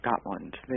Scotland